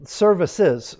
services